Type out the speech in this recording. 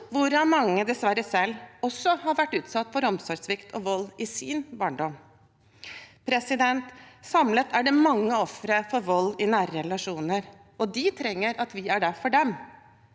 hvorav mange dessverre selv også har vært utsatt for omsorgssvikt og vold i sin barndom. Samlet er det mange ofre for vold i nære relasjoner, og de trenger at vi er der for dem.